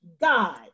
God